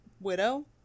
widow